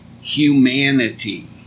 humanity